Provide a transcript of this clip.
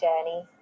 journey